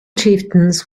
chieftains